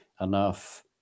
enough